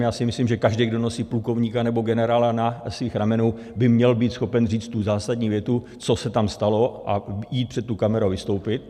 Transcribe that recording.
Já si myslím, že každý, kdo nosí plukovníka nebo generála na svých ramenou, by měl být schopen říct tu zásadní větu, co se tam stalo, a jít před tu kameru a vystoupit.